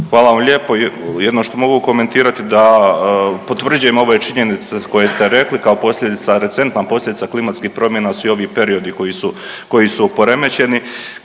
Hvala vam lijepo. Jedino što mogu komentirati da potvrđujem ove činjenice koje ste rekli. Kao posljedica, recentna posljedica klimatskih promjena su i ovi periodi koji su, koji